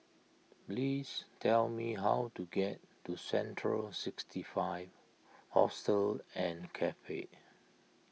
please tell me how to get to Central sixty five Hostel and Cafe